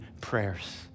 prayers